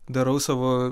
darau savo